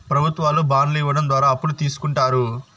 ప్రభుత్వాలు బాండ్లు ఇవ్వడం ద్వారా అప్పులు తీస్కుంటారు